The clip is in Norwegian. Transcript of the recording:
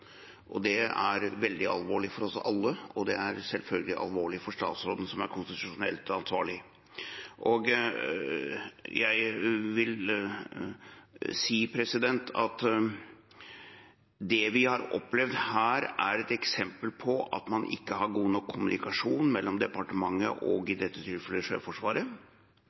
Det er veldig alvorlig for oss alle, og det er selvfølgelig alvorlig for statsråden, som er konstitusjonelt ansvarlig. Jeg vil si at det vi har opplevd her, er et eksempel på at man ikke har god nok kommunikasjon mellom departementet og – i dette tilfellet – Sjøforsvaret,